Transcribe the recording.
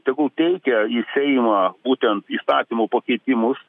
tegul teikia į seimą būtent įstatymų pakeitimus